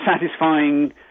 satisfying